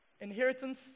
Inheritance